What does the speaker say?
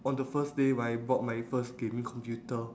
on the first day when I bought my first gaming computer